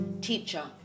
teacher